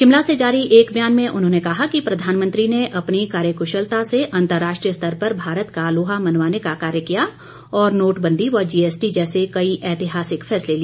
शिमला से जारी एक बयान में उन्होंने कहा कि प्रधानमंत्री ने अपनी कार्यक्शलता से अंतर्राष्ट्रीय स्तर पर भारत का लोहा मनवाने का कार्य किया और नोटबंदी व जीएसटी जैसे कई ऐतिहासिक फैसले लिए